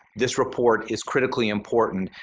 this report is critically important.